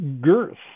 girth